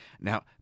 Now